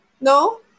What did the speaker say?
No